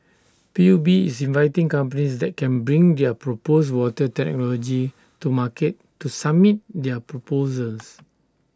P U B is inviting companies that can bring their proposed water technology to market to submit their proposals